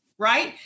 right